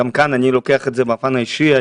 גם כאן אני לוקח את זה בפן האישי,